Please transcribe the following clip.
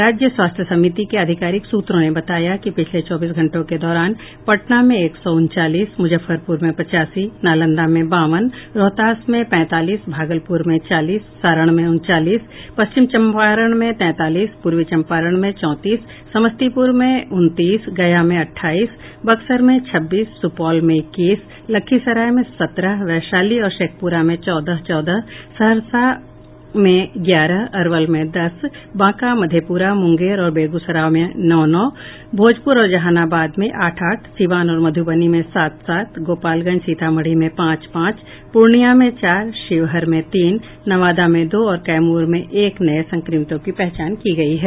राज्य स्वास्थ्य समिति के अधिकारिक सूत्रों ने बताया कि पिछले चौबीस घंटों के दौरान पटना में एक सौ उनचालीस मुजफ्फरपुर में पचासी नालंदा में बावन रोहतास में पैंतालीस भागलपुर में चालीस सारण में उनचालीस पश्चिम चंपारण में तैंतालीस पूर्वी चंपारण में चौंतीस समस्तीपुर में उनतीस गया में अट्ठाईस बक्सर में छब्बीस सुपौल में इक्कीस लखीसराय में सत्रह वैशाली और शेखपुरा में चौदह चौदह सहरसा में ग्यारह अरवल में दस बांका मधेपुरा मुंगेर और बेगूसराय में नौ नौ भोजपूर तथा जहानाबाद में आठ आठ सिवान और मध्बनी में सात सात गोपालगंज और सीतामढ़ी में पांच पांच पूर्णिया में चार शिवहर में तीन नवादा में दो और कैमूर में एक नये संक्रमितों की पहचान की गयी है